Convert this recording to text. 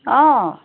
অঁ